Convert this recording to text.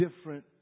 different